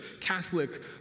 Catholic